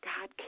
God